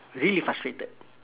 really frustrated